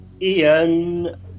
Ian